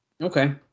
Okay